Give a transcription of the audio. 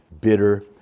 bitter